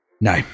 No